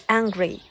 angry